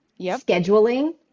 scheduling